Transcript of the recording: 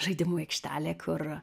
žaidimų aikštelė kur